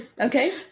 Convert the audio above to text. Okay